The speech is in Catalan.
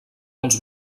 uns